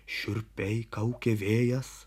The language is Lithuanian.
šiurpiai kaukė vėjas